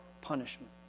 punishment